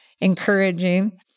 encouraging